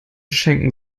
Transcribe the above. schenken